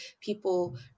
people